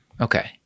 Okay